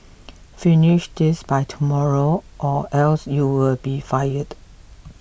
finish this by tomorrow or else you will be fired